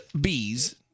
bees